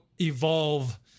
evolve